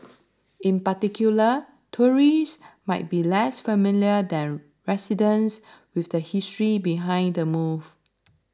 in particular tourists might be less familiar than residents with the history behind the move